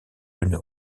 une